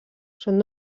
són